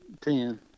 Ten